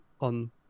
on